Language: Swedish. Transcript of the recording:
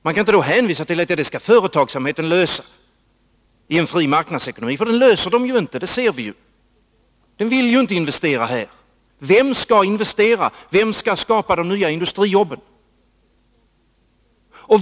Man kan inte hänvisa till att företagsamheten skall lösa dem i en fri marknadsekonomi, för det gör den ju inte — det ser vi. Den vill inte investera här. Vem skall investera och skapa de nya industrijobben?